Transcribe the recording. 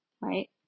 right